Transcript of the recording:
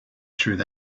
through